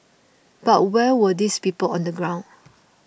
but where were these people on the ground